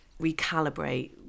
recalibrate